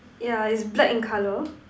yeah it's black in colour